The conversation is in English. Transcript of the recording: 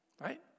Right